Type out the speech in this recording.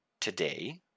today